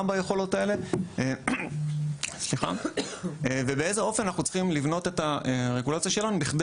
ביכולות האלה ובאיזה אופן אנחנו צריכים לבנות את הרגולציה שלנו בכדי